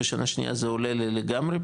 בשנה שנייה זה עולה לגמרי,